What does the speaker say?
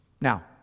Now